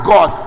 God